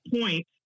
point